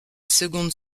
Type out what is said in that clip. seconde